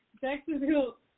Jacksonville